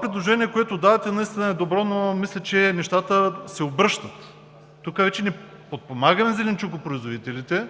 Предложението, което давате, е добро, но мисля, че нещата се обръщат. Тук не подпомагаме зеленчукопроизводителите,